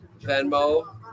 Venmo